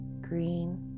green